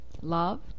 love